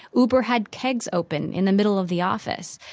uber had kegs open in the middle of the office.